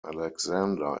alexander